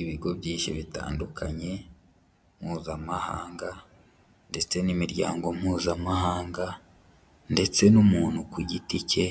Ibigo byinshi bitandukanye Mpuzamahanga ndetse n'imiryango Mpuzamahanga ndetse n'umuntu ku giti cye